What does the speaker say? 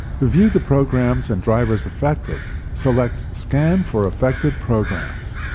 to view the programs and drivers affected, select scan for affected programs.